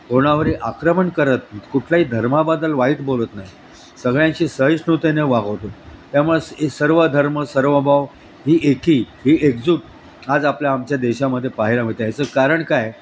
कोणावरही आक्रमण करत कुठलाही धर्माबद्दल वाईट बोलत नाही सगळ्यांशी सहिष्णुतेने वागवतो त्यामुळे हे सर्व धर्म सर्वभाव ही एकी ही एकजुट आज आपल्या आमच्या देशामध्ये पाहायला मिळते याचं कारण काय